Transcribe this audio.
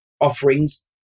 offerings